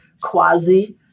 quasi